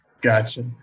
Gotcha